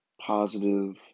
positive